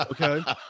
okay